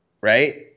right